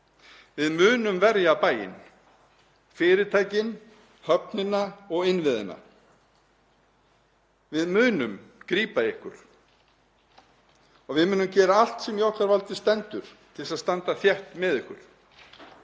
Við munum verja bæinn, fyrirtækin, höfnina og innviðina. Við munum grípa ykkur. Við munum gera allt sem í okkar valdi stendur til að standa þétt með ykkur.